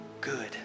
good